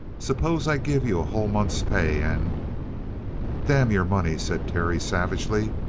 suppose i give you a whole month's pay and damn your money! said terry savagely.